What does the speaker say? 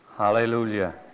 Hallelujah